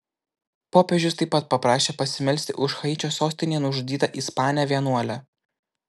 popiežius taip pat paprašė pasimelsti už haičio sostinėje nužudytą ispanę vienuolę